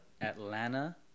Atlanta